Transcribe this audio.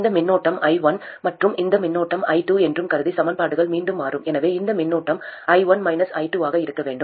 இந்த மின்னோட்டம் i1 மற்றும் இந்த மின்னோட்டம் i2 என்று கருதி சமன்பாடுகள் மீண்டும் மாறும் எனவே இந்த மின்னோட்டம் i1 i2 ஆக இருக்க வேண்டும்